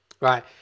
right